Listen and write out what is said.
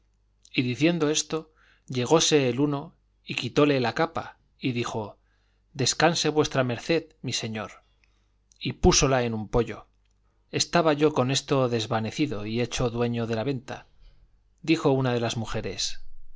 y diciendo esto llegóse el uno y quitóle la capa y dijo descanse v md mi señor y púsola en un poyo estaba yo con esto desvanecido y hecho dueño de la venta dijo una de las mujeres